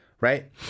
right